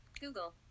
Google